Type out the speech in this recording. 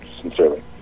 sincerely